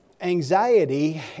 anxiety